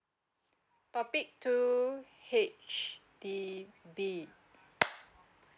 topic two H_D_B